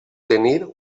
tenir